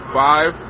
five